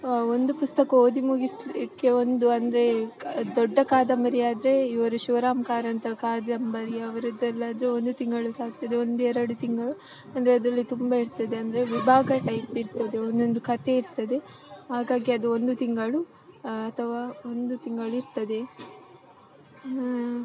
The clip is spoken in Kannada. ಒಂದು ಪುಸ್ತಕ ಓದಿ ಮುಗಿಸಲಿಕ್ಕೆ ಒಂದು ಅಂದರೆ ದೊಡ್ಡ ಕಾದಂಬರಿ ಆದರೆ ಇವರು ಶಿವರಾಮ್ ಕಾರಂತರ ಕಾದಂಬರಿ ಅವರದ್ದೆಲ್ಲ ಆದರೆ ಒಂದು ತಿಂಗಳು ತಾಗ್ತದೆ ಒಂದು ಎರಡು ತಿಂಗಳು ಅಂದರೆ ಅದರಲ್ಲಿ ತುಂಬ ಇರ್ತದೆ ಅಂದರೆ ವಿಭಾಗ ಟೈಪ್ ಇರ್ತದೆ ಒಂದೊಂದು ಕಥೆ ಇರ್ತದೆ ಹಾಗಾಗಿ ಅದು ಒಂದು ತಿಂಗಳು ಅಥವಾ ಒಂದು ತಿಂಗಳು ಇರ್ತದೆ